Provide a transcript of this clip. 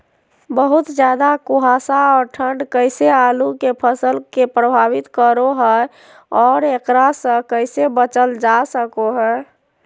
बहुत ज्यादा कुहासा और ठंड कैसे आलु के फसल के प्रभावित करो है और एकरा से कैसे बचल जा सको है?